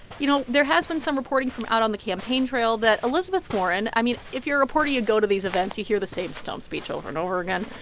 you know, there has been some reporting from out on the campaign trail that elizabeth warren i mean, if you're a reporter, you go to these events. you hear the same stump speech over and over again.